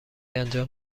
انجام